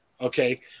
Okay